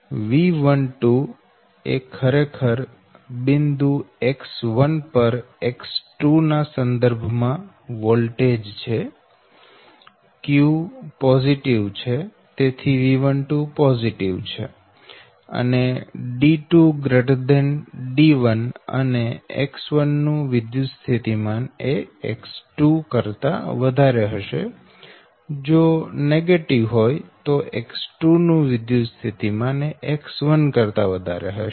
તો V12 એ ખરેખર બિંદુ X1 પર X2 ના સંદર્ભ માં વોલ્ટેજ છે q પોઝિટીવ છે તેથી V12 પોઝિટીવ છે અને D2 D1 અને X1 નું વિદ્યુત સ્થિતિમાન એ X2 કરતા વધારે હશે અને જો નેગેટીવ હોય તો X2 નું વિદ્યુત સ્થિતિમાન એ X1 કરતા વધારે હશે